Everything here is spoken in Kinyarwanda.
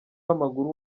w’amaguru